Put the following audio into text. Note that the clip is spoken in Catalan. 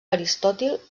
aristòtil